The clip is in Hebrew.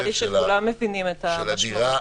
נראה לי שכולם מבינים את המשמעות.